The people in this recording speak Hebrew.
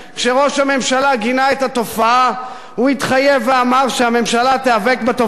כשראש הממשלה גינה את התופעה הוא התחייב ואמר שהממשלה תיאבק בתופעה